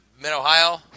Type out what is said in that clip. mid-ohio